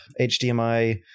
HDMI